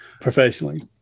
professionally